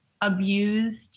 abused